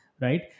right